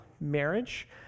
marriage